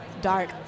Dark